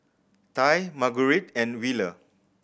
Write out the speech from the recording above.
Tye Margurite and Wheeler